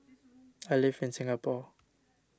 I live in Singapore